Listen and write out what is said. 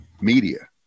media